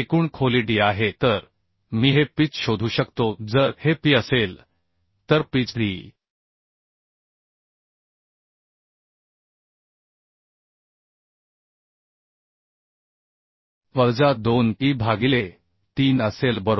एकूण खोली d आहे तर मी हे पिच शोधू शकतो जर हे P असेल तर पिच d वजा 2 E भागिले 3 असेल बरोबर